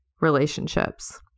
relationships